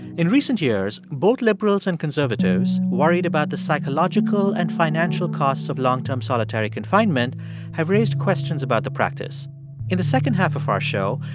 in recent years, both liberals and conservatives worried about the psychological and financial costs of long-term solitary confinement have raised questions about the practice in the second half of our show,